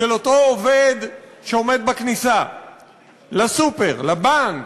של אותו עובד שעומד בכניסה לסופר, לבנק,